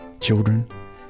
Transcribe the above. children